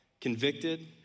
convicted